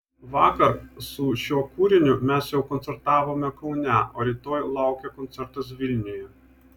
vakar su šiuo kūriniu mes jau koncertavome kaune o rytoj laukia koncertas vilniuje